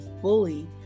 fully